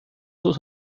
sus